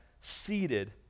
seated